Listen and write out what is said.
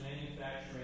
manufacturing